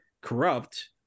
corrupt